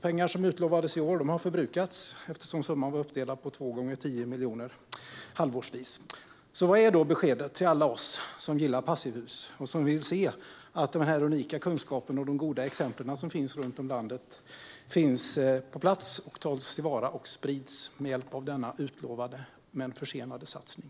Pengarna som utlovades för i år har förbrukats, eftersom summan var uppdelad på två gånger 10 miljoner halvårsvis. Vad är då beskedet till alla oss som gillar passivhus och som vill att den unika kunskapen och de goda exempel som finns runt om i landet finns på plats, tas till vara och sprids med hjälp av denna utlovade men försenade satsning?